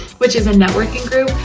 which is a networking group,